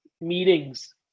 meetings